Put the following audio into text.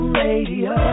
radio